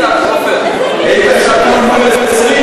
איתן שקול מול 20,